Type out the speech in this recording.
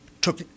took